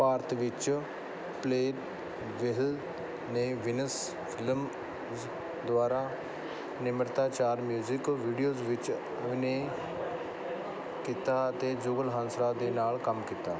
ਭਾਰਤ ਵਿੱਚ ਪਟੇਲ ਬਹਿਲ ਨੇ Venus films ਦੁਆਰਾ ਨਿਰਮਿਤ ਚਾਰ ਮਿਊਜ਼ਿਕ ਵੀਡੀਓਜ਼ ਵਿੱਚ ਅਭਿਨੈ ਕੀਤਾ ਅਤੇ ਜੁਗਲ ਹੰਸਰਾਜ ਦੇ ਨਾਲ ਕੰਮ ਕੀਤਾ